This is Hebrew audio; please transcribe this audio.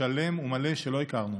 שלם ומלא שלא הכרנו.